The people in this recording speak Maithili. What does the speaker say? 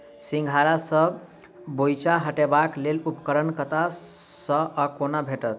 सिंघाड़ा सऽ खोइंचा हटेबाक लेल उपकरण कतह सऽ आ कोना भेटत?